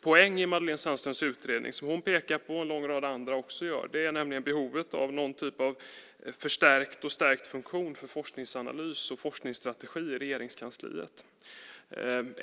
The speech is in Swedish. poäng i Madelene Sandströms utredning i att hon pekar på det en lång rad andra också pekar på: behovet av någon typ av förstärkt funktion för forskningsanalys och forskningsstrategier i Regeringskansliet.